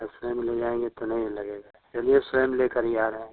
अब स्वयं ले जाएंगे तो नहीं लगेगा चलिए स्वयं लेकर ही आ रहे हैं